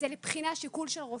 זה לשיקול דעתו של רופא,